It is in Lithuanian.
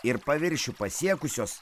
ir paviršių pasiekusios